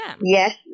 Yes